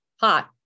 hot